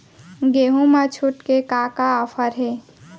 गेहूँ मा छूट के का का ऑफ़र हे?